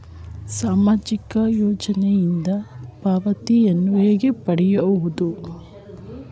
ಸಾಮಾಜಿಕ ಯೋಜನೆಯಿಂದ ಪಾವತಿಯನ್ನು ಹೇಗೆ ಪಡೆಯುವುದು?